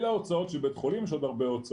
אלה הוצאות של בית חולים, יש עוד הרבה הוצאות.